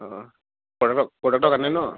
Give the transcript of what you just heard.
অঁ পৰডা প্ৰডাক্টৰ কাৰণে নহ্